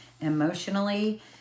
emotionally